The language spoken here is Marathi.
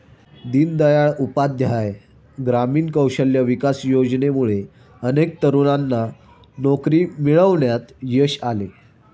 दीनदयाळ उपाध्याय ग्रामीण कौशल्य विकास योजनेमुळे अनेक तरुणांना नोकरी मिळवण्यात यश आले